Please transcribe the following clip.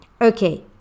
Okay